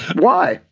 why?